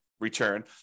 return